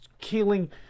killing